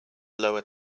lower